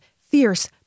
fierce